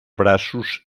braços